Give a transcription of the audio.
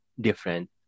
different